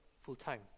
full-time